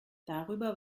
darüber